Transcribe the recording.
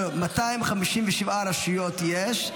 257 רשויות יש.